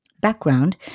background